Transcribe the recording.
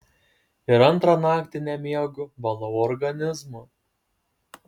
ir antrą naktį nemiegu valau organizmą